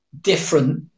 different